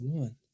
one